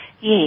Yes